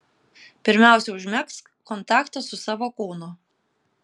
pirmiausia užmegzk kontaktą su savo kūnu